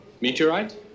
Meteorite